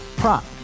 Prop